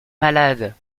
malade